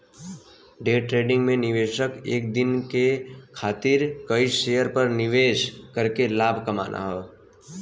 day trading में निवेशक एक दिन के खातिर कई शेयर पर निवेश करके लाभ कमाना हौ